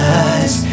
eyes